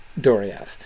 Doriath